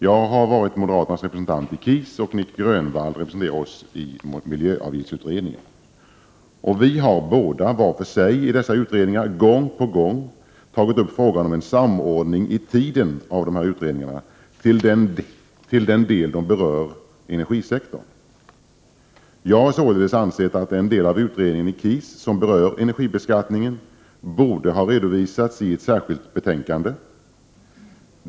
Jag har varit moderaternas representant i KIS, och Nic Grönvall representerar moderaterna i miljöavgiftsutredningen. Vi har båda var för sig i dessa två utredningar gång på gång tagit upp frågan om en samordning i tiden av de här utredningarna i den mån de berör energisektorn. Jag har således ansett att den del av utredningen i KIS som rör energibeskattningen borde ha redovisats i ett särskilt betänkande.